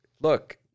Look